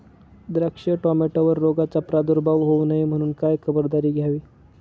द्राक्ष, टोमॅटोवर रोगाचा प्रादुर्भाव होऊ नये म्हणून काय खबरदारी घ्यावी?